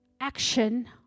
action